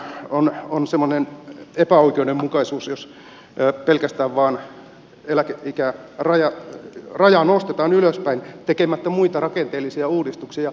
tässä on semmoinen epäoikeudenmukaisuus jos pelkästään eläkeikärajaa nostetaan ylöspäin tekemättä muita rakenteellisia uudistuksia